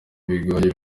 bigoye